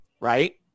right